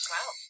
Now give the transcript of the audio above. Wow